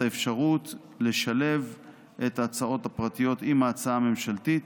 האפשרות לשלב את ההצעות הפרטיות עם ההצעה הממשלתית,